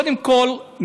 קודם כול,